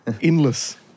endless